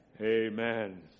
Amen